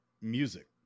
music